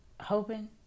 hoping